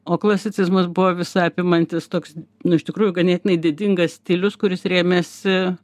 o klasicizmas buvo visaapimantis toks nu iš tikrųjų ganėtinai didingas stilius kuris rėmėsi